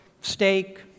Steak